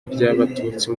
ry’abatutsi